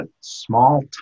small